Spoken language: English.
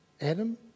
Adam